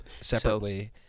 Separately